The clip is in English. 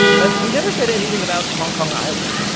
but we never said anything about hong kong island.